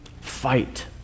fight